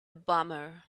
bummer